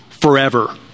forever